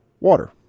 Water